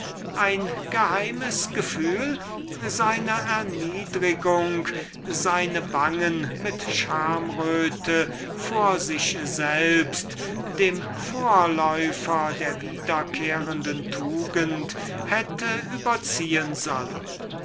ein geheimes gefühl seiner erniedrigung seine wangen mit schamröte vor sich selbst dem vorboten der wiederkehrenden tugend hätte überziehen sollen